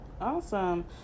awesome